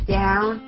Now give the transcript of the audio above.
down